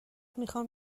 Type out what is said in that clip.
میخام